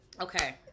Okay